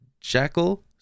Jackal